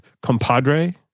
compadre